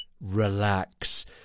Relax